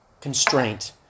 constraint